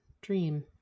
dream